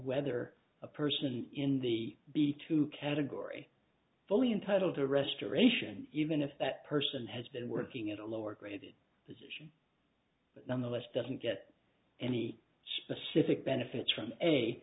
whether a person in the b two category fully entitled to restoration even if that person has been working at a lower grade but nonetheless doesn't get any specific benefits from a